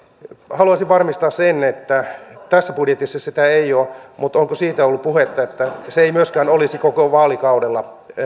haluaisin varmistaa sen tässä budjetissa sitä ei ole mutta onko siitä ollut puhetta että se ei myöskään olisi koko vaalikaudella